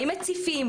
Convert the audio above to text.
האם מציפים,